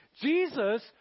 Jesus